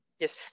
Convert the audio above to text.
Yes